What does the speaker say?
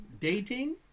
Dating